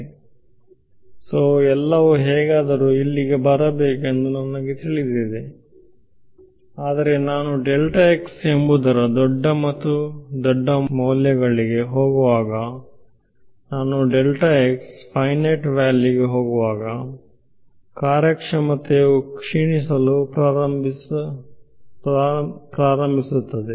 ಆದ್ದರಿಂದ ಎಲ್ಲವೂ ಹೇಗಾದರೂ ಇಲ್ಲಿಗೆ ಬರಬೇಕು ಎಂದು ನನಗೆ ತಿಳಿದಿದೆ ಆದರೆ ನಾನುಎಂಬುದರ ದೊಡ್ಡ ಮತ್ತು ದೊಡ್ಡ ಮೌಲ್ಯಗಳಿಗೆ ಹೋಗುವಾಗ ನಾನು ಫೈನೈಟ್ ವ್ಯಾಲ್ಯೂಗೆ ಹೋಗುವಾಗ ಕಾರ್ಯಕ್ಷಮತೆಯು ಕ್ಷೀಣಿಸಲು ಪ್ರಾರಂಭಿಸುತ್ತದೆ